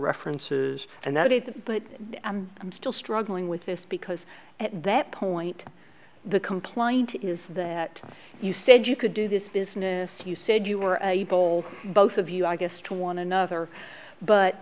references and that is that but i'm still struggling with this because at that point the complaint is that you said you could do this business you said you were able both of you i guess to one another but